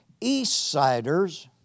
Eastsiders